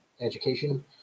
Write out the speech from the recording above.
education